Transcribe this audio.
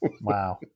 Wow